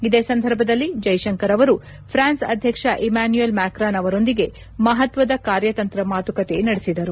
ಇದೇ ಸಂದರ್ಭದಲ್ಲಿ ಜೈಶಂಕರ್ ಅವರು ಪ್ರಾನ್ಸ್ ಅಧ್ಯಕ್ಷ ಇಮ್ಯಾನ್ಯಯಲ್ ಮ್ಯಾಕ್ರಾನ್ ಅವರೊಂದಿಗೆ ಮಹತ್ವದ ಕಾರ್ಯತಂತ್ರ ಮಾತುಕತೆ ನಡೆಸಿದರು